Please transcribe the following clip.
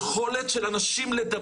זה להגן על היכולת של אנשים לדבר.